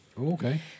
okay